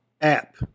app